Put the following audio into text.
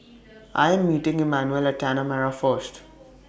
I Am meeting Emanuel At Tanah Merah First